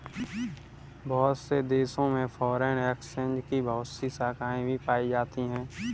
बहुत से देशों में फ़ोरेन एक्सचेंज की बहुत सी शाखायें भी पाई जाती हैं